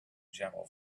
gentle